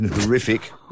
Horrific